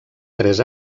tres